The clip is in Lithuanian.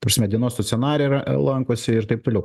ta prasme dienos stacionare yra lankosi ir taip toliau